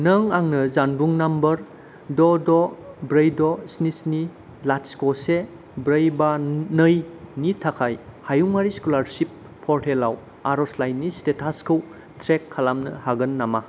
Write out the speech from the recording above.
नों आंनो जानबुं नम्बर द' द' ब्रै द' स्नि स्नि लाथिख' से ब्रै बा नै नि थाखाय हायुंआरि स्कलारसिप पर्टेलाव आरजलाइनि स्टेटासखौ ट्रेक खालामनो हागोन नामा